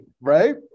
Right